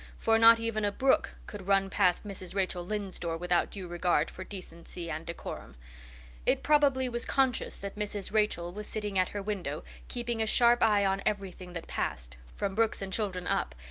for not even a brook could run past mrs. rachel lynde's door without due regard for decency and decorum it probably was conscious that mrs. rachel was sitting at her window, keeping a sharp eye on everything that passed, from brooks and children up,